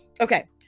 okay